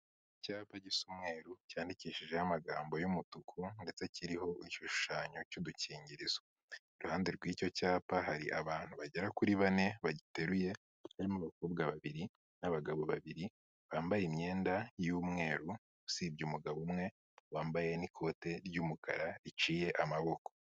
Icyapa gisa umweru cyandikishijeho amagambo y'umutuku ndetse kiriho igishushanyo cy'udukingirizo, iruhande rw'icyo cyapa hari abantu bagera kuri bane bagiteruye, harimo abakobwa babiri n'abagabo babiri bambaye imyenda y'umweru usibye umugabo umwe wambaye n'ikote ry'umukara riciye amaboko.